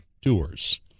tours